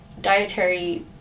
dietary